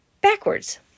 backwards